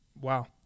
Wow